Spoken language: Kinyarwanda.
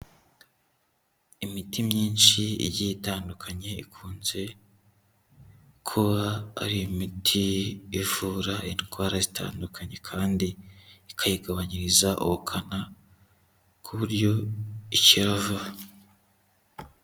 Imiti myinshi igiye itandukanye, ikunze kuba ari imiti ivura indwara zitandukanye, kandi ikayigabanyiriza ubukana ku buryo ikira vuba.